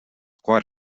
quite